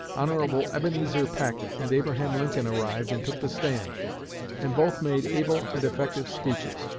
hon. ebenezer peck and abraham lincoln arrived and took the stand and both made able and effective speeches.